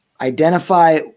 identify